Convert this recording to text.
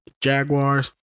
Jaguars